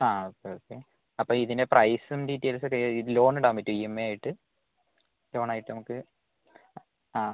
ആ okay okay അപ്പോള് ഇതിന്റെ പ്രൈസും ഡീറ്റെയ്ൽസുമൊക്കെ ഇത് ലോണിടാന് പറ്റുമോ ഇ എം ഐ ആയിട്ട് ലോണായിട്ട് നമുക്ക് ആ